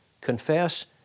confess